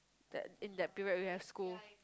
that in that period we have school